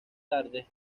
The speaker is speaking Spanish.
tarde